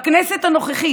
בכנסת הנוכחית,